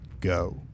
go